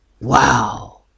Wow